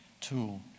tool